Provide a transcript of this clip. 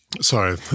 Sorry